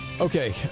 Okay